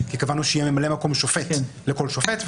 כי קבענו שיהיה ממלא מקום שופט לכל שופט,